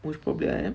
most probably I am